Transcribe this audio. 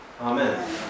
Amen